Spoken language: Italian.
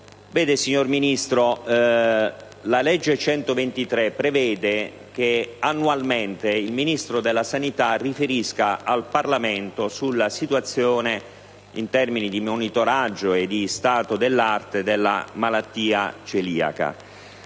signor Ministro, la legge n. 123 del 2005 prevede che annualmente il Ministro della sanità riferisca al Parlamento sulla situazione in termini di monitoraggio e di stato dell'arte della malattia celiaca.